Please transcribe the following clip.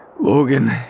Logan